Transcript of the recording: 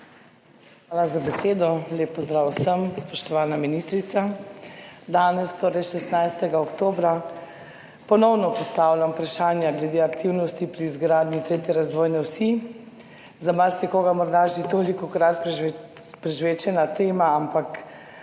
Hvala za besedo. Lep pozdrav vsem! Spoštovana ministrica! Danes, torej 16. oktobra, ponovno postavljam vprašanja glede aktivnosti pri izgradnji 3. razvojne osi. Za marsikoga morda že tolikokrat prežvečena tema, ampak